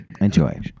Enjoy